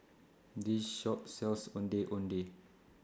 This Shop sells Ondeh Ondeh